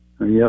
yes